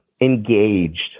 engaged